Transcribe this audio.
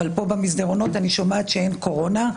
אבל פה במסדרונות אני שומעת שאין קורונה.